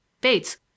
Bates